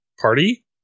party